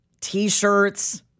T-shirts